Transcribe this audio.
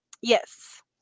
Yes